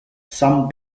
some